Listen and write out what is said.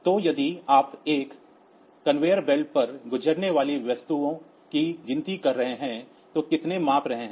तो यदि आप एक कन्वेयर बेल्ट पर गुजरने वाली वस्तुओं की गिनती कर रहे हैं तो कितने माप रहे हैं